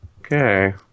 Okay